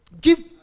give